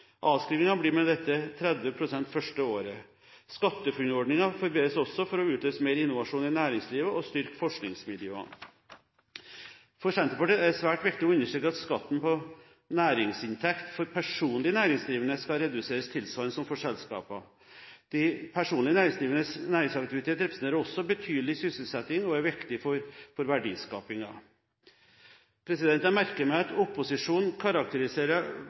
blir med dette 30 pst. det første året. SkatteFUNN-ordningen forbedres også for å utløse mer innovasjon i næringslivet og styrke forskningsmiljøene. For Senterpartiet er det svært viktig å understreke at skatten på næringsinntekt for personlig næringsdrivende skal reduseres tilsvarende som for selskaper. De personlig næringsdrivendes næringsaktivitet representerer også betydelig sysselsetting og er viktig for verdiskapingen. Jeg merker meg at opposisjonen karakteriserer